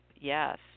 Yes